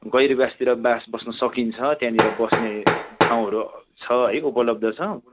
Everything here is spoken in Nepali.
गैरिवासतिर बास बस्नु सकिन्छ त्यहाँनिर बस्ने ठाउँहरू छ है उपलब्ध छ